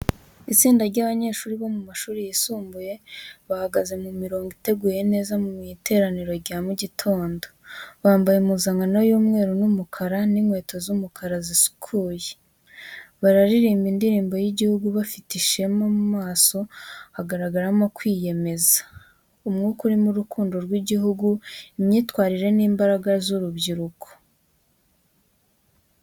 Itsinda ry’abanyeshuri bo mu mashuri yisumbuye bahagaze mu mirongo iteguye neza mu iteraniro rya mu gitondo, bambaye impuzankano y’umweru n’umukara n’inkweto z’umukara zisukuye. Baririmba indirimbo y’igihugu bafite ishema, mu maso hagaragaramo kwiyemeza. Umwuka urimo urukundo rw’igihugu, imyitwarire n’imbaraga z’urubyiruko.